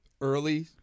early